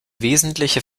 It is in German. wesentliche